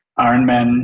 Ironman